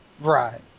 Right